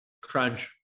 Crunch